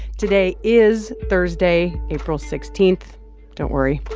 today is thursday, april sixteen. don't worry.